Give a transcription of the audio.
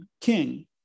king